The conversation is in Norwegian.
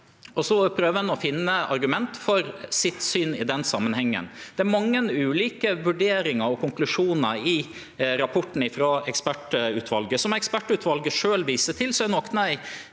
og så prøver ein å finne argument for sitt syn i den samanhengen. Det er mange ulike vurderingar og konklusjonar i rapporten frå ekspertutvalet. Som ekspertutvalet sjølv viser til: For nokre